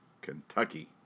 Kentucky